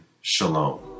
Shalom